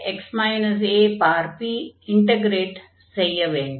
1x ap integrate செய்ய வேண்டும்